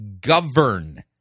govern